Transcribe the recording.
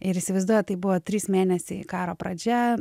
ir įsivaizduojat tai buvo trys mėnesiai karo pradžia